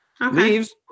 Leaves